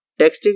texting